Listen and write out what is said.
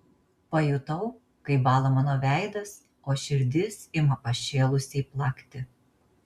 pajutau kaip bąla mano veidas o širdis ima pašėlusiai plakti